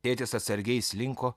tėtis atsargiai įslinko